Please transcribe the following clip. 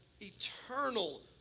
eternal